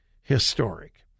historic